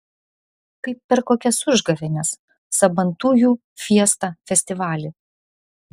kaip per kokias užgavėnes sabantujų fiestą festivalį